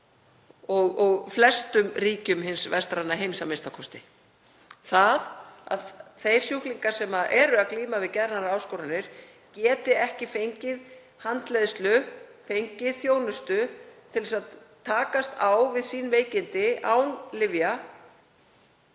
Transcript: og í flestum ríkjum hins vestræna heims a.m.k. Það að þeir sjúklingar sem glíma við geðrænar áskoranir geti ekki fengið handleiðslu, fengið þjónustu, til að takast á við sín veikindi án lyfja